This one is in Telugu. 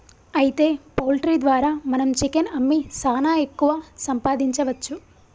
అయితే పౌల్ట్రీ ద్వారా మనం చికెన్ అమ్మి సాన ఎక్కువ సంపాదించవచ్చు